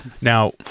now